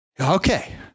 okay